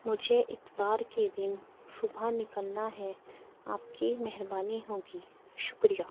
مجھے اتوار کے دن صبح نکلنا ہے آپ کی مہربانی ہوگی شکریہ